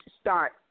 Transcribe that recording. start